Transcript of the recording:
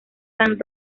san